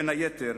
בין היתר,